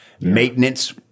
Maintenance